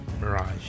Mirage